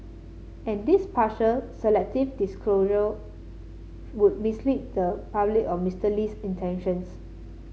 and this partial selective disclosure would mislead the public on Mister Lee's intentions